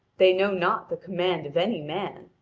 they know not the command of any man.